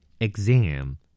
Exam